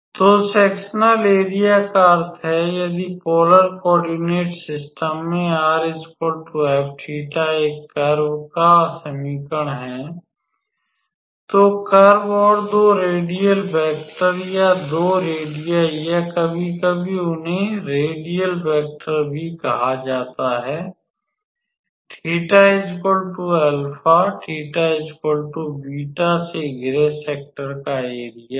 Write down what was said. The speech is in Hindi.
तो सेक्सनल एरिया का अर्थ है यदि पोलर कॉओर्डिनेट सिस्टम में 𝑟 𝑓𝜃 एक कर्व का समीकरण है तो कर्व और दो रेडियल वैक्टर या दो रेडियाई या कभी कभी उन्हें रेडियल वैक्टर भी कहा जाता है और से घिरे सैक्टर का एरिया है